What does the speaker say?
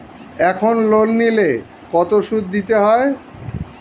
এখন লোন নিলে কত সুদ দিতে হয়?